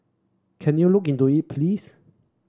can you look into it please